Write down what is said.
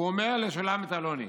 והוא אומר לשולמית אלוני: